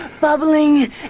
bubbling